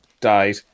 died